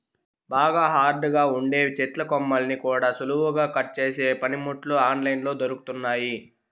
బాగా హార్డ్ గా ఉండే చెట్టు కొమ్మల్ని కూడా సులువుగా కట్ చేసే పనిముట్లు ఆన్ లైన్ లో దొరుకుతున్నయ్యి